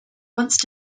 once